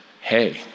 hey